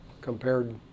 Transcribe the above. compared